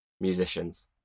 musicians